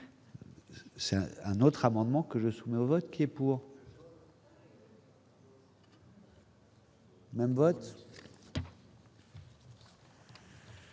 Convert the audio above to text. C'est un autre amendement que je soumets au vote qui est pour. C'était